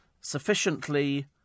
sufficiently